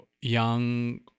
young